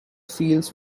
fields